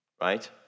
Right